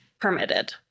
permitted